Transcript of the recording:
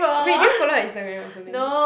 wait did you follow her Instagram or something